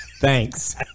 Thanks